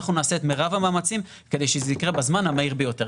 אנחנו נעשה את מרב המאמצים כדי שזה יקרה בזמן המהיר ביותר.